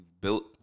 built